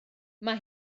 mae